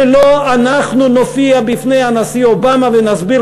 שלא אנחנו נופיע בפני הנשיא אובמה ונסביר